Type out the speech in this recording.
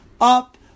up